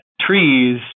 trees